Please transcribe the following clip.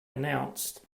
announced